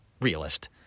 Realist